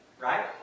Right